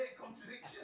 contradiction